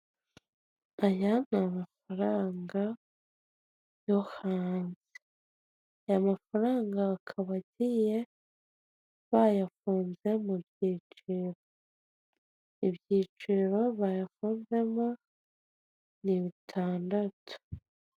Iduka rya MTN ririmo abakozi babiri, umukozi umwe ari ku ruhande rumwe afite abakiriya babiri arimo kwakira, undi ari ku rundi ruhande ari kwakira umukiriya umwe.